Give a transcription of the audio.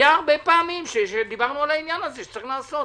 היו הרבה פעמים שדיברנו על העניין הזה שצריך לעשות.